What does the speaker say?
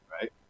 right